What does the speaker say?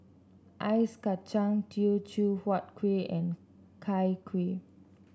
Ice Kachang Teochew Huat Kueh and Chai Kuih